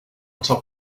top